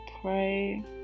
pray